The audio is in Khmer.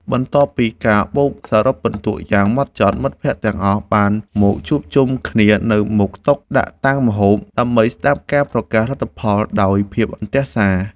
បន្ទាប់ពីការបូកសរុបពិន្ទុយ៉ាងហ្មត់ចត់ មិត្តភក្តិទាំងអស់បានមកជួបជុំគ្នានៅមុខតុដាក់តាំងម្ហូប ដើម្បីស្ដាប់ការប្រកាសលទ្ធផលដោយភាពអន្ទះសារ។